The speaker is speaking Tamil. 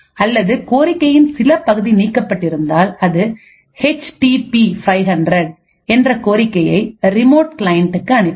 அல்லது கோரிக்கையின் சில பகுதி நீக்கப்பட்டு இருந்தால் அது HTP 500 என்ற கோரிக்கையை ரிமோட் கிளையன்ட்க்குஅனுப்பிவிடும்